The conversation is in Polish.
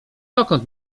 dokąd